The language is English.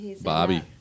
Bobby